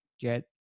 get